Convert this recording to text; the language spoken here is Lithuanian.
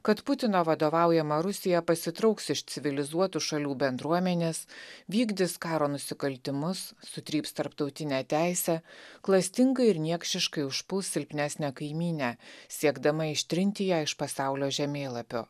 kad putino vadovaujama rusija pasitrauks iš civilizuotų šalių bendruomenės vykdys karo nusikaltimus sutryps tarptautinę teisę klastingai ir niekšiškai užpuls silpnesnę kaimynę siekdama ištrinti ją iš pasaulio žemėlapio